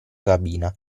cabina